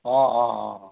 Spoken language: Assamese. অঁ অঁ অঁ